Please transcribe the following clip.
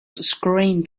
screen